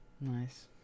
Nice